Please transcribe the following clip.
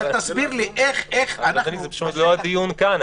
תסביר לי איך --- אדוני, זה פשוט לא הדיון כאן.